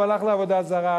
הוא הלך לעבודה זרה,